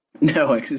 No